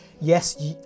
Yes